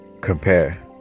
compare